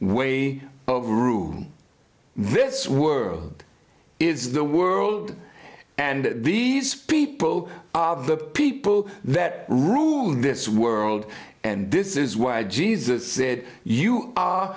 way of rule this world is the world and these people of the people that rude this world and this is why jesus said you are